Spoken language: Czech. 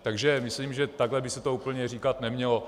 Takže myslím, že takhle by se to úplně říkat nemělo.